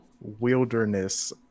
wilderness